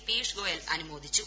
പീയുഷ് ഗോയൽ അനുമോദിച്ചു